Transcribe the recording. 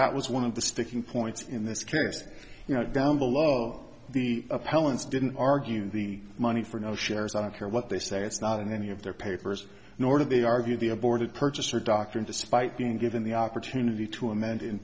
that was one of the sticking points in this case you know down below the appellant's didn't argue the money for no shares i don't care what they say it's not in any of their papers nor do they argue the aborted purchaser doctrine despite being given the opportunity to amend